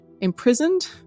imprisoned